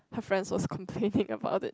her friends was complaining about it